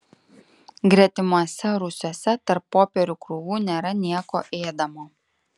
gretimuose rūsiuose tarp popierių krūvų nėra nieko ėdamo